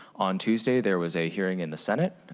on tuesday, there was a hearing in the senate.